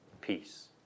peace